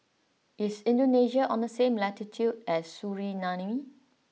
is Indonesia on the same latitude as Suriname